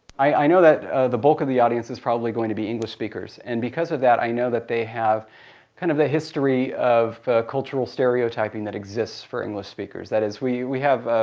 i know that the bulk of the audience is probably going to be english speakers and because of that i know that they have kind of the history of cultural stereotyping that exists for english speakers. that is, we we have